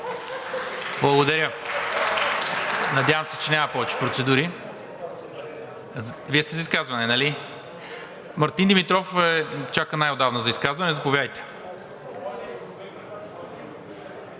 Благодаря. Надявам се, че няма повече процедури. Вие сте за изказване, нали? Мартин Димитров чака най отдавна за изказване – заповядайте.